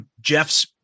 Jeff's